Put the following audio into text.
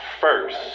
first